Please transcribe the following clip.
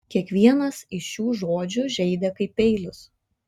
kiekvienas iš šių žodžių žeidė kaip peilis